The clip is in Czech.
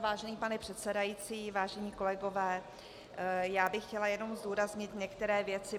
Vážený pane předsedající, vážení kolegové, já bych chtěla jenom zdůraznit některé věci